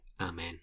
Amen